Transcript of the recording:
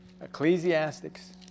Ecclesiastics